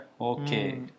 Okay